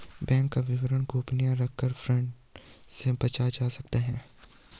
bank का विवरण गोपनीय रखकर फ्रॉड से बचा जा सकता है